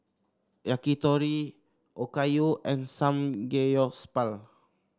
Yakitori Okayu and Samgeyopsal